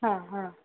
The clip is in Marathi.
हां हां